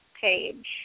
page